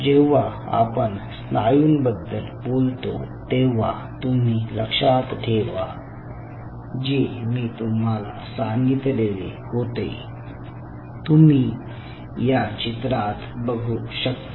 जेव्हा आपण स्नायूंबद्दल बोलतो तेव्हा तुम्ही लक्षात ठेवा जे मी तुम्हाला सांगितले होते तुम्ही या चित्रात बघू शकता